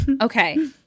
Okay